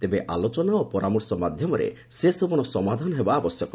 ତେବେ ଆଲୋଚନା ଓ ପରାମର୍ଶ ମାଧ୍ୟମରେ ସେସବୁର ସମାଧାନ ହେବା ଆବଶ୍ୟକ